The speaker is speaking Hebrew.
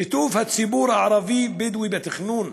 שיתוף הציבור הערבי-בדואי בתכנון: